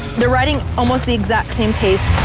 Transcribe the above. they're riding almost the exact same pace.